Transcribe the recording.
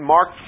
Mark